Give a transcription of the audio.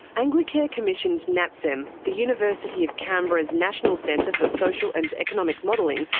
anglicare commissioned natsem, the university of canberra's national centre for social and economic modelling,